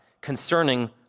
concerning